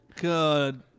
good